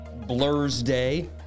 Blursday